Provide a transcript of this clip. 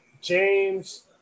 James